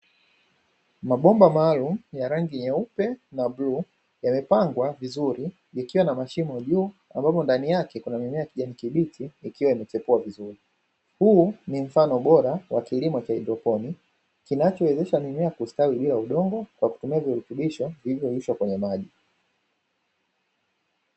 Mabomba maalumu ya rangi nyeupe na bluu, yamepangwa vizuri ikiwa na mashimo juu ambapo ndani yake kuna mimea ya kijani kibichi ikiwa imechipua vizuri. Huu ni mfano bora wa kilimo cha haidroponi kinachowezesha mime kustawi bila udongo kwa kutumia virutubisho vilivyoyeyushwa kwenye maji.